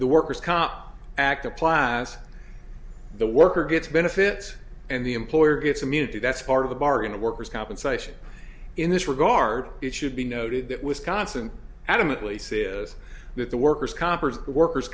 the workers cop act applies the worker gets benefits and the employer gets immunity that's part of the bargain a worker's compensation in this regard it should be noted that wisconsin adamantly says that the workers coppers the worker